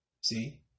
See